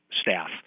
staff